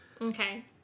Okay